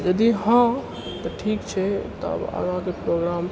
यदि हँ तऽ ठीक छै तब आगाँके प्रोग्राम